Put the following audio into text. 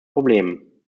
problemen